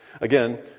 Again